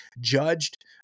judged